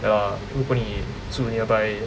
ya lah 如果你组 nearby